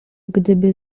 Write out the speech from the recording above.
gdyby